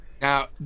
Now